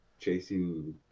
chasing